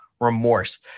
remorse